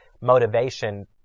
motivation